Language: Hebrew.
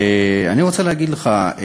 אני רוצה להגיד לך,